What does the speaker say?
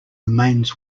remains